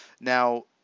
Now